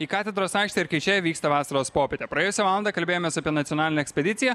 į katedros aikštę ir kai čia vyksta vasaros popietė praėjusią valandą kalbėjomės apie nacionalinę ekspediciją